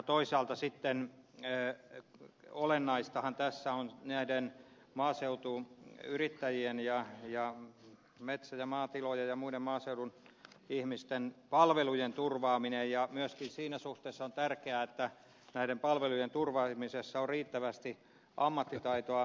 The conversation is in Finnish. toisaalta sitten olennaistahan tässä on näiden maaseutuyrittäjien ja metsä ja maatilojen ja muiden maaseudun ihmisten palvelujen turvaaminen ja myöskin siinä suhteessa on tärkeää että näiden palvelujen turvaamisessa on riittävästi ammattitaitoa